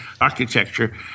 architecture